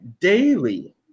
daily